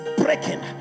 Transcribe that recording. breaking